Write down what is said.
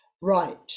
Right